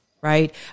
right